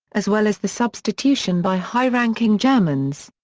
as well as the substitution by high-ranking germans.